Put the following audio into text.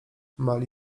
mali